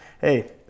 hey